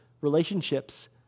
relationships